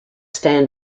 stand